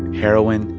heroin.